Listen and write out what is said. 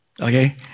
Okay